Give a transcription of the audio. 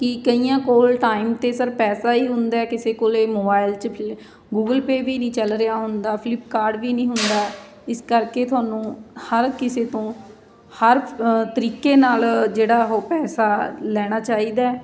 ਕਿ ਕਈਆਂ ਕੋਲ ਟਾਈਮ 'ਤੇ ਸਰ ਪੈਸਾ ਹੀ ਹੁੰਦਾ ਕਿਸੇ ਕੋਲ ਮੋਬਾਇਲ 'ਚ ਗੂਗਲ ਪੇ ਵੀ ਨਹੀਂ ਚੱਲ ਰਿਹਾ ਹੁੰਦਾ ਫਲਿਪਕਾਡ ਵੀ ਨਹੀਂ ਹੁੰਦਾ ਇਸ ਕਰਕੇ ਤੁਹਾਨੂੰ ਹਰ ਕਿਸੇ ਤੋਂ ਹਰ ਤਰੀਕੇ ਨਾਲ ਜਿਹੜਾ ਉਹ ਪੈਸਾ ਲੈਣਾ ਚਾਹੀਦਾ